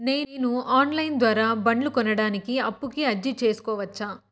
నేను online ద్వారా బండ్లు కొనడానికి అప్పుకి అర్జీ సేసుకోవచ్చా?